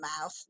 mouth